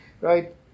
Right